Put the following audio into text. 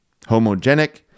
Homogenic